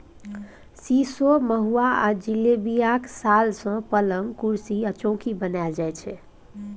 सीशो, महुआ आ जिलेबियाक साल सँ पलंग, कुरसी आ चौकी बनाएल जाइ छै